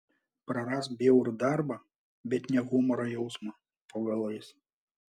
prarask bjaurų darbą bet ne humoro jausmą po galais